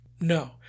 No